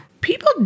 People